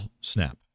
snap